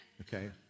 okay